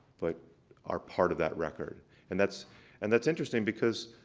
but are part of that record. and that's and that's interesting because,